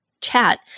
chat